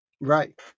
right